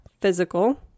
physical